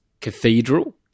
cathedral